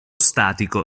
statico